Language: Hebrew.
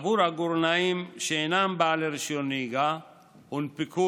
עבור עגורנאים שאינם בעלי רישיון נהיגה הונפקו